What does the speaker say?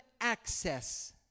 access